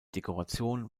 dekoration